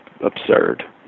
absurd